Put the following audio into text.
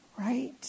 right